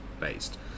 based